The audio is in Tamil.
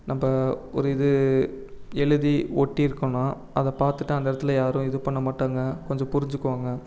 நம்ம ஒரு இது எழுதி ஒட்டியிருக்கோன்னா அதை பார்த்துட்டு அந்த இடத்துல யாரும் இது பண்ணமாட்டாங்க கொஞ்சம் புரிஞ்சுக்குவாங்க